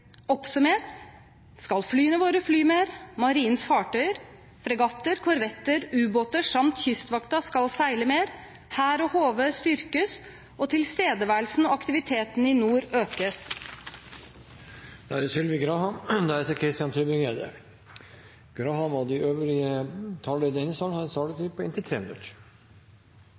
Oppsummert skal flyene våre fly mer, marinens fartøyer, fregatter, korvetter, ubåter samt Kystvakta skal seile mer, hær og HV styrkes, og tilstedeværelsen og aktiviteten i nord økes. De talere som heretter får ordet, har en taletid på inntil